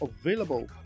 available